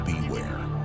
Beware